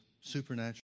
Supernatural